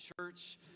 Church